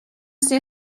ser